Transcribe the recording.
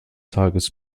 tages